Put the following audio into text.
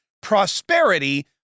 prosperity